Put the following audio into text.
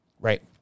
Right